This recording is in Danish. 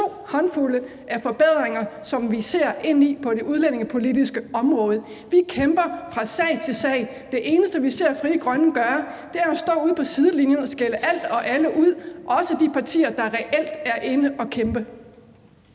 en til to, men to – af forbedringer, som vi ser ind i på det udlændingepolitiske område? Vi kæmper fra sag til sag. Det eneste, vi ser Frie Grønne gøre, er at stå ude på sidelinjen og skælde alt og alle ud, også de partier, der reelt er inde at kæmpe.